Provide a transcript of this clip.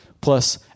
plus